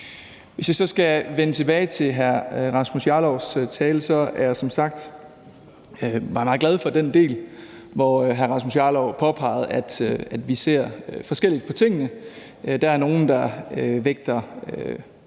Lad mig så vende tilbage til hr. Rasmus Jarlovs tale. Jeg er som sagt meget, meget glad for den del, hvori hr. Rasmus Jarlov påpegede, at vi ser forskelligt på tingene. Der er nogle, der vægter